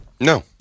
No